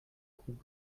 kuh